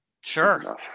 Sure